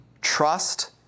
trust